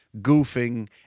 goofing